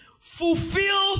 fulfill